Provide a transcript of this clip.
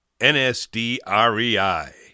NSDREI